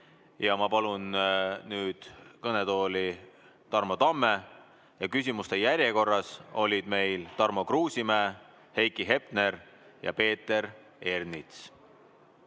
Ma palun nüüd kõnetooli Tarmo Tamme. Küsimuste [esitamise] järjekorras olid meil Tarmo Kruusimäe, Heiki Hepner ja Peeter Ernits.